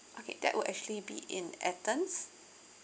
okay that would actually be in athens